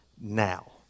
now